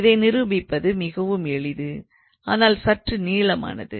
இதை நிரூபிப்பது மிகவும் எளிது ஆனால் சற்று நீளமானது